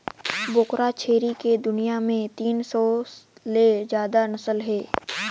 बोकरा छेरी के दुनियां में तीन सौ ले जादा नसल हे